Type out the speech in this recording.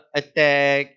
attack